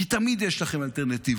כי תמיד יש לכם אלטרנטיבה.